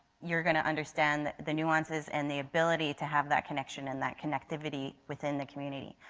you are going to understand the nuances and the ability to have that connection and that connectivity within the community.